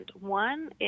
One